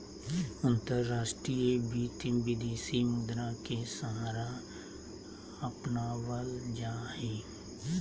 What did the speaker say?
अंतर्राष्ट्रीय वित्त, विदेशी मुद्रा के सहारा अपनावल जा हई